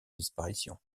disparition